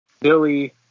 Billy